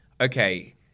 okay